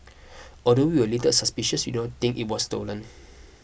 although we were a little suspicious we did it was stolen